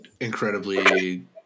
incredibly